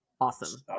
awesome